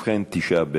ובכן, תשעה בעד,